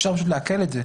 אפשר פשוט לעקל את זה,